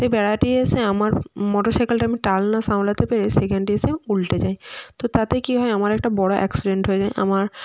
সেই বেড়াটি এসে আমার মোটর সাইকেলটায় আমি টাল না সামলাতে পেরে সেখানটায় এসে উল্টে যায় তো তাতে কী হয় আমার একটা বড় অ্যাক্সিডেন্ট হয়ে যায় আমার